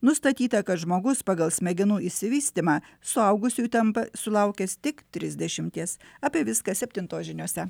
nustatyta kad žmogus pagal smegenų išsivystymą suaugusiuoju tampa sulaukęs tik trisdešimties apie viską septintos žiniose